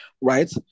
right